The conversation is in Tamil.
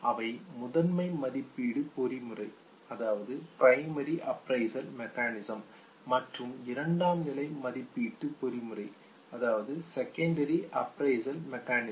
அவை முதன்மை மதிப்பீட்டு பொறிமுறை பிரைமரி அஃப்ரைசல் மெக்கானிசம் மற்றும் இரண்டாம்நிலை மதிப்பீட்டு பொறிமுறை செகண்டரி அஃப்ரைசல் மெக்கானிசம்